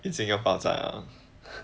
已经要爆炸了